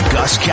Gus